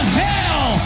hell